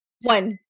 one